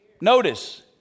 Notice